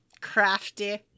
Crafty